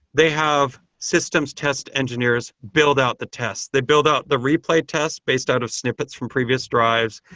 they have systems test engineers build out the tests. they build up the replay test based out of snippets from previous drives.